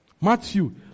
Matthew